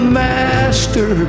master